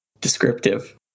Descriptive